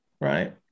Right